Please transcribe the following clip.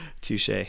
Touche